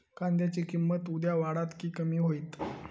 कांद्याची किंमत उद्या वाढात की कमी होईत?